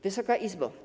Wysoka Izbo!